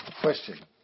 Question